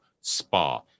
spa